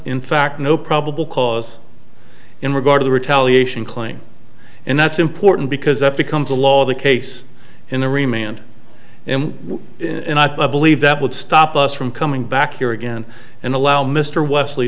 in fact no probable cause in regard to retaliation claim and that's important because that becomes a law the case in the remained and we believe that would stop us from coming back here again and allow mr wesley